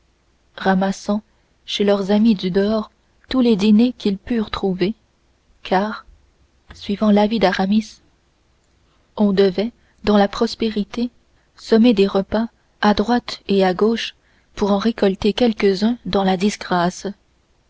ramassant chez leurs amis du dehors tous les dîners qu'ils purent trouver car suivant l'avis d'aramis on devait dans la prospérité semer des repas à droite et à gauche pour en récolter quelques-uns dans la disgrâce